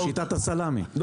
בשיטת הסלמי,